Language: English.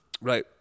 Right